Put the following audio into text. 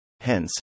Hence